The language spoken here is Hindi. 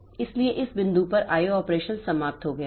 इसलिए इस बिंदु पर IO ऑपरेशन समाप्त हो गया है